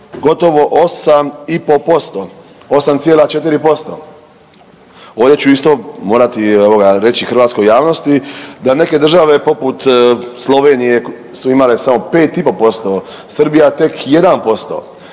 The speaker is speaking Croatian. gotovo 8,5%, 8,4% ovdje ću isto morati reći hrvatskoj javnosti da neke države poput Slovenije su imale samo 5,5%, Srbija tek 1%.